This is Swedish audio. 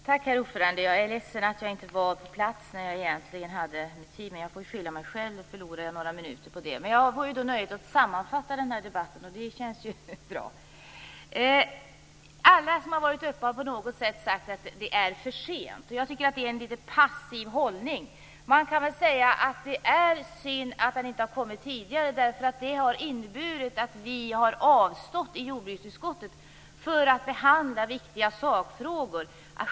Herr talman! Jag är ledsen att jag inte var på plats när jag skulle hålla mitt anförande enligt talarlistan. Jag får skylla mig själv, och jag förlorar några minuter på det. Men jag får då nöjet att sammanfatta debatten, och det känns bra. Alla som har varit uppe i talarstolen här har sagt att det är för sent. Jag tycker att det är en passiv hållning. Man kan säga att det är synd att miljöpropositionen inte har kommit tidigare, därför att det har inneburit att vi i jordbruksutskottet har avstått från att behandla viktiga sakfrågor.